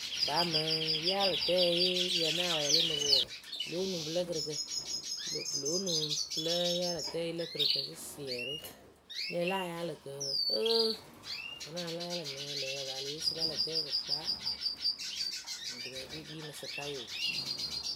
paa mɨŋ yaalɨ tɛye ya na wɛɛlɩ mɨ pɨ wɔɔ lóo nuŋ pɨlǝ kɨrɨkǝ. Pɨlo nuŋ pɨlǝ yaalɨ tǝɛ lǝ kɨrɨkǝ sɩsɩɛrɩ. Nɛŋ la ayaalɨ kǝ ǝooo vǝnɨŋ ala yaalɨ nɛŋyǝ lǝyǝ paa eleye sɩkalǝtɛ kɨkpa. dudurǝ ɖi kpii mɨ sɩkayooo.